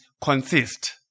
consist